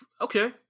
Okay